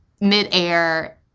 midair